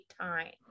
time